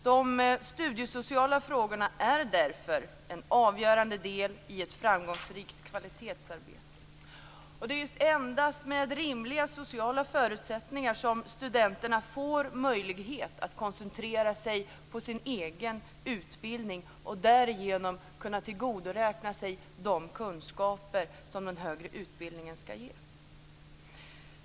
De studiesociala frågorna är därför en avgörande del i ett framgångsrikt kvalitetsarbete. Det är endast med rimliga sociala förutsättningar som studenterna får möjlighet att koncentrera sig på sin egen utbildning och därigenom kan tillgodoräkna sig de kunskaper som den högre utbildningen skall ge.